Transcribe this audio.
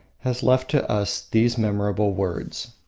has left to us these memorable words